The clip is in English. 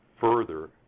further